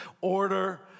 order